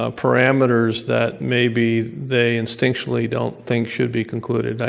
ah parameters that may be they instinctually don't think should be concluded.